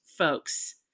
folks